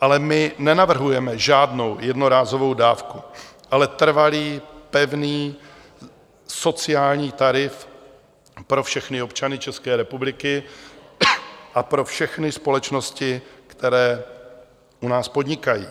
Ale my nenavrhujeme žádnou jednorázovou dávku, ale trvalý pevný sociální tarif pro všechny občany České republiky a pro všechny společnosti, které u nás podnikají,